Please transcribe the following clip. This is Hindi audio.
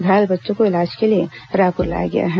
घायल बच्चों को इलाज के लिए रायपुर लाया गया है